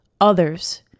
others